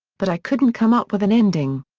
but i couldn't come up with an ending.